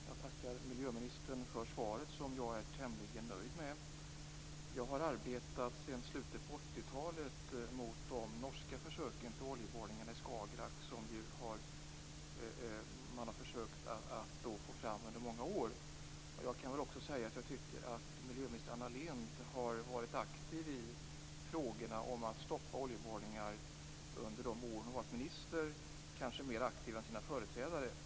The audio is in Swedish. Fru talman! Jag tackar miljöministern för svaret, som jag är tämligen nöjd med. Sedan slutet av 80-talet har jag arbetat mot de norska försöken med oljeborrning i Skagerrak, vilka pågått under många år. Jag tycker att Anna Lindh under sina år som miljöminister har varit aktiv i de frågor som handlar om att stoppa oljeborrningar. Kanske har hon varit mer aktiv än sina företrädare.